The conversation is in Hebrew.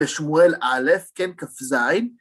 ‫בשמואל אלף כ ,ז.